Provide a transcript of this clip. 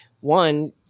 one